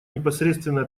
непосредственное